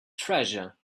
treasure